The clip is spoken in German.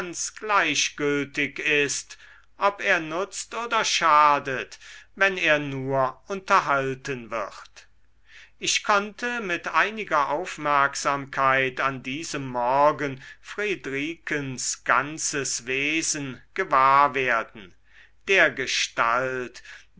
gleichgültig ist ob er nutzt oder schadet wenn er nur unterhalten wird ich konnte mit einiger aufmerksamkeit an diesem morgen friedrikens ganzes wesen gewahr werden dergestalt